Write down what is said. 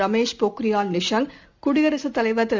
ரமேஷ் பொக்ரியால் நிஷாங்க் குடியரசுத் தலைவர் திரு